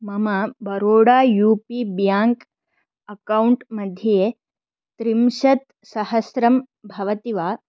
मम Baroda U P bank अक्कौण्ट्मध्ये त्रिंशत्सहस्रं भवति वा